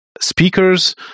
speakers